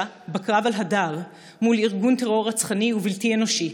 בקרב על הדר מול ארגון טרור רצחני ובלתי אנושי: